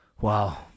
Wow